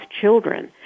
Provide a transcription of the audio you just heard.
children